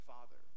Father